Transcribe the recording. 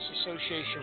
Association